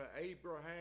Abraham